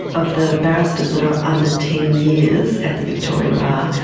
of the barristers that are under ten years at the victorian bar,